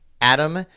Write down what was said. Adam